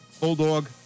Bulldog